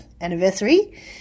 anniversary